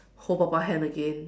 hold papa hand again